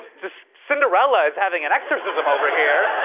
just. cinderella is having an exorcism over here.